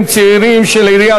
מהעבירה),